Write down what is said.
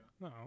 No